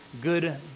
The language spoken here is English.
good